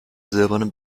silbernen